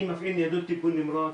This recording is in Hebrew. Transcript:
אני מפעיל ניידות טיפול נמרץ,